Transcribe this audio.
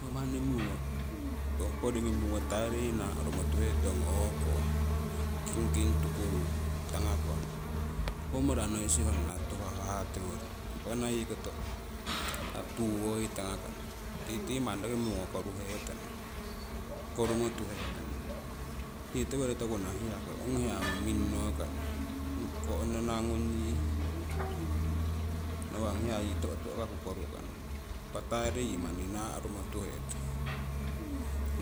Ho manni mungo ong poringii mungo taro yii naahrumo tuhetong o'ko kingking tukuru tangakong, ho mara honna tuhah ho ha tiworii, impa ana yii koto tuuwoii tangakana titi manni roki mungo koruhetana korumotuhetana tii tiwori toku nah hiyako ong hiya ngung minnokana ong ko'nona gnung yii nawa' ong hiya ngung to'to'kaku korukana. Impa taaro yii manni naa'rumo tuhetana